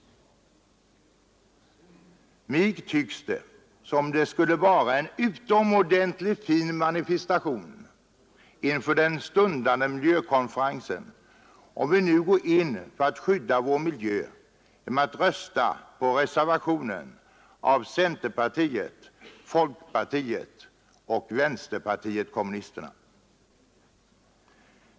Mig tycks det som om det skulle vara en utomordentligt fin manifestation inför den stundande miljökonferensen, om vi nu går in för att skydda vår miljö genom att rösta för reservationen av centerpartiet, folkpartiet och vänsterpartiet kommunisterna.